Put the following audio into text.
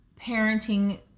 parenting